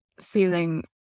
feeling